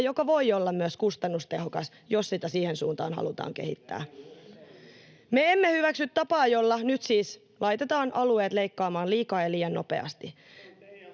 ja joka voi olla myös kustannustehokas, jos sitä siihen suuntaan halutaan kehittää. [Ben Zyskowicz: Näin juuri toimimme!] Me emme hyväksy tapaa, jolla nyt siis laitetaan alueet leikkaamaan liikaa ja liian nopeasti.